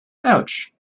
ouch